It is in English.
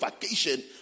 vacation